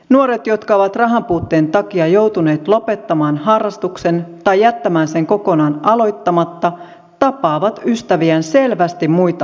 nuoret jotka ovat rahanpuutteen takia joutuneet lopettamaan harrastuksen tai jättämään sen kokonaan aloittamatta tapaavat ystäviään selvästi muita harvemmin